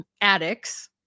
addicts